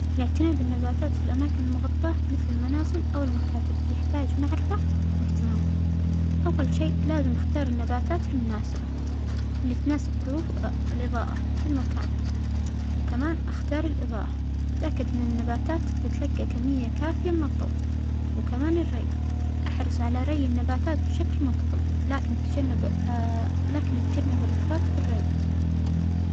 الإعتناء بالنباتات في الأماكن المغطاه مثل المنازل أو المكاتب يحتاج معرفة وأهتمام، أول شيء لازم أختار النباتات المناسبة اللى تناسب ظروف الإظاءة في المكان، وكمان أختار الإظاءة وأتأكد أن النباتات تتلجى كمية كافية من الضوء، وكمان الرى أحرص على رى النباتات بشكل منتظم، لكن تجنب لكن تجنب الإفراط في الرى.